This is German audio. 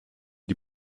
die